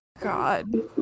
God